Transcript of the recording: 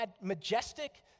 majestic